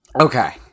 Okay